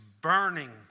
burning